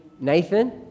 Nathan